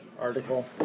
article